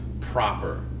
proper